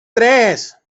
tres